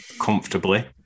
comfortably